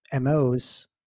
MOs